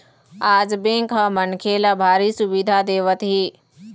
आज बेंक ह मनखे ल भारी सुबिधा देवत हे